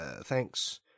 Thanks